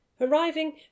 Arriving